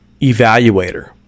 evaluator